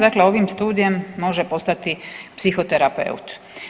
Dakle, ovim studijem može postati psihoterapeut.